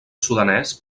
sudanès